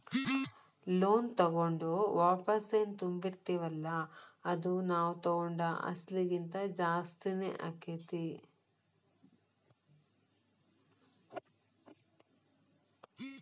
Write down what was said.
loan ತಗೊಂಡು ವಾಪಸೆನ್ ತುಂಬ್ತಿರ್ತಿವಲ್ಲಾ ಅದು ನಾವ್ ತಗೊಂಡ್ ಅಸ್ಲಿಗಿಂತಾ ಜಾಸ್ತಿನ ಆಕ್ಕೇತಿ